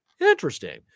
Interesting